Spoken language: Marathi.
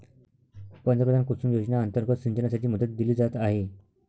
पंतप्रधान कुसुम योजना अंतर्गत सिंचनासाठी मदत दिली जात आहे